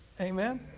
Amen